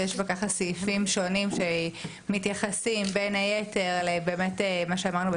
ויש סעיפים שונים שמתייחסים בין היתר למה שאמרנו,